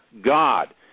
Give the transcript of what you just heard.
God